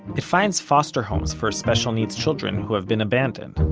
it finds foster homes for special needs children who have been abandoned.